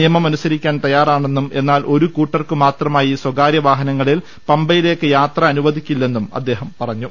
നിയമം അനുസരിക്കാൻ തയ്യാറാണെന്നും എന്നാൽ ഒരു കൂട്ടർക്കുമാത്രമായി സ്വകാര്യവാഹനങ്ങളിൽ പമ്പയിലേക്ക് യാത്ര അനു വദിക്കില്ലെന്നും അദ്ദേഹം പറഞ്ഞു